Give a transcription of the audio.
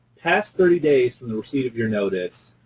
past thirty days from the receipt of your notice,